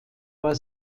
war